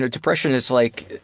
ah depression is like,